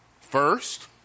first